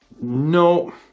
No